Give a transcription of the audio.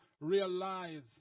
realize